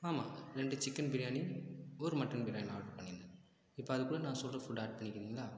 ஆமாம் ரெண்டு சிக்கன் பிரியாணி ஒரு மட்டன் பிரியாணி ஆட்ரு பண்ணிருந்தேன் இப்போ அதுக்கூட நான் சொல்கிற ஃபுட்டை ஆட் பண்ணிக்கிறீங்களா